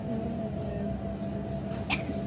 हूऽ ऽ ऽ